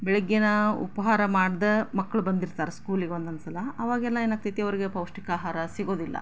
ಬೆಳಿಗ್ಗಿನ ಉಪಹಾರ ಮಾಡ್ದೆ ಮಕ್ಕಳು ಬಂದಿರ್ತಾರೆ ಸ್ಕೂಲಿಗೆ ಒಂದೊಂದು ಸಲ ಆವಾಗೆಲ್ಲ ಏನು ಆಗ್ತೈತೆ ಅವರಿಗೆ ಪೌಷ್ಟಿಕ ಆಹಾರ ಸಿಗೋದಿಲ್ಲ